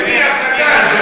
זה שיח חדש, זה